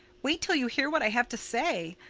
wait til you hear what i have to say.